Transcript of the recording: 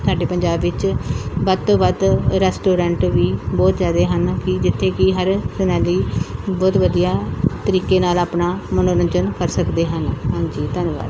ਸਾਡੇ ਪੰਜਾਬ ਵਿੱਚ ਵੱਧ ਤੋਂ ਵੱਧ ਰੈਸਤੋਰੈਂਟ ਵੀ ਬਹੁਤ ਜ਼ਿਆਦਾ ਹਨ ਕਿ ਜਿੱਥੇ ਕਿ ਹਰ ਸੈਲਾਨੀ ਬਹੁਤ ਵਧੀਆ ਤਰੀਕੇ ਨਾਲ ਆਪਣਾ ਮਨੋਰੰਜਨ ਕਰ ਸਕਦੇ ਹਨ ਹਾਂਜੀ ਧੰਨਵਾਦ